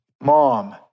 Mom